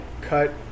cut